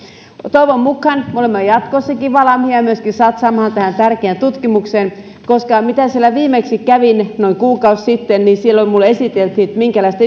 toivon mukaan me olemme jatkossakin valmiita myöskin satsaamaan tähän tärkeään tutkimukseen koska kun siellä viimeksi kävin noin kuukausi sitten niin silloin minulle esiteltiin minkälaista